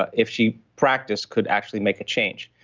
but if she practiced, could actually make a change.